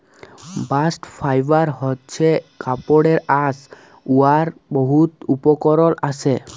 bast fibre হছে কাপড়ের আঁশ উয়ার বহুত উপকরল আসে